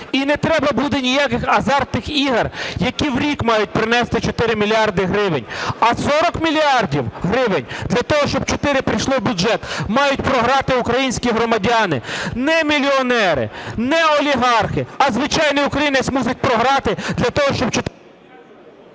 І не треба буде ніяких азартних ігор, які в рік мають принести 4 мільярди гривень. А 40 мільярдів гривень для того, щоб 4 – прийшло в бюджет, мають програти українські громадяни. Не мільйонери, не олігархи, а звичайний українець мусить програти для того, щоб...